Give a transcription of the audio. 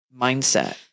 mindset